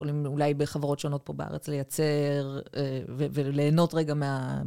אולי בחברות שונות פה בארץ, לייצר וליהנות רגע מה...